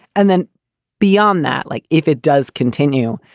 and then beyond that, like, if it does continue,